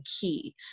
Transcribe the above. key